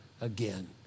again